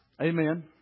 Amen